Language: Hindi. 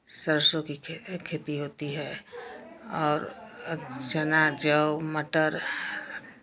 सरसों की खेती होती है और चना जौ मटर